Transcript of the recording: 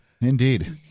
Indeed